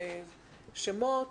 שמות,